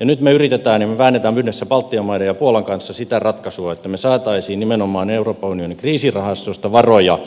nyt me yritämme ja me väännämme yhdessä baltian maiden ja puolan kanssa sitä ratkaisua että me saisimme nimenomaan euroopan unionin kriisirahastosta varoja